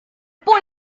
pas